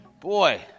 Boy